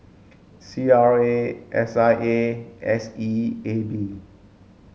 C R A S I A S E A B